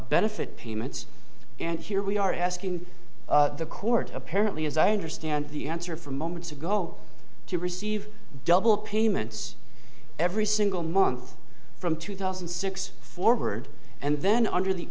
benefit payments and here we are asking the court apparently as i understand the answer from moments ago to receive double payments every single month from two thousand and six forward and then under the